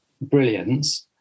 brilliance